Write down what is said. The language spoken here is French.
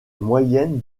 moyenne